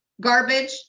garbage